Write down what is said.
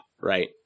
Right